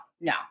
no